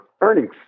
earnings